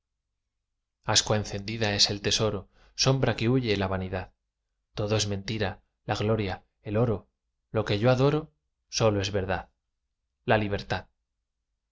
ascua encendida es el tesoro sombra que huye la vanidad todo es mentira la gloria el oro lo que yo adoro sólo es verdad la libertad